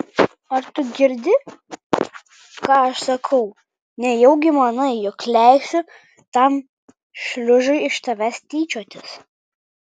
ar tu girdi ką aš sakau nejaugi manai jog leisiu tam šliužui iš tavęs tyčiotis